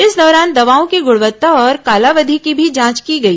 इस दौरान दवाओं की गणवत्ता और कालावधि की भी जांच की गई